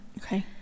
Okay